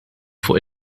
fuq